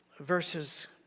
verses